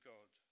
God